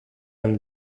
ein